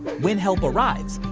when help arrives,